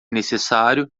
necessário